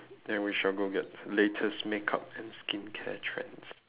then we shall go get latest makeup and skincare trends